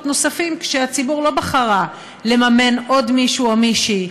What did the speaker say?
נוספים כשהציבור לא בחרה לממן עוד מישהו או מישהי,